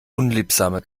unliebsame